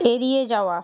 এড়িয়ে যাওয়া